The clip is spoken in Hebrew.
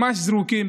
ממש זרוקים,